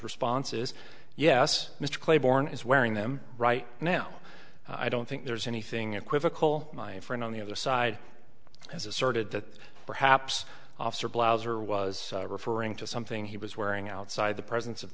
responses yes mr claiborne is wearing them right now i don't think there's anything equivocal my friend on the other side has asserted that perhaps officer blauser was referring to something he was wearing outside the presence of